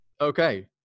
Okay